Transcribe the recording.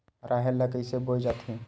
राहेर ल कइसे बोय जाथे?